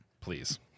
please